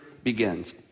Begins